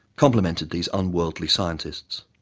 complemented these unworldly scientists.